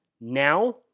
now